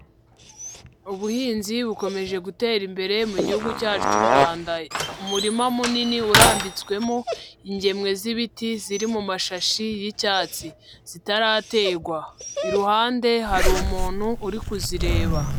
Ubuhinzi bukomeje gutera imbere mu Gihugu cyacu cy'u Rwanda, umurima munini urambitswemo ingemwe z'ibiti ziri mu mashashi y'icyatsi zitaraterwa, iruhande hari umuntu uri kuzireba.